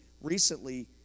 recently